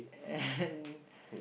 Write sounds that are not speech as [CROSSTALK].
and [LAUGHS]